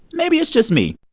maybe it's just me